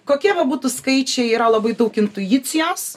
kokie bebūtų skaičiai yra labai daug intuicijos